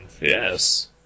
Yes